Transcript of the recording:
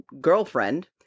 girlfriend